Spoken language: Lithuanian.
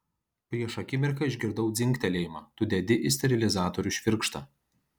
prieš akimirką išgirdau dzingtelėjimą tu dedi į sterilizatorių švirkštą